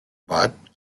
but